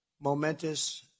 momentous